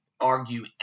argue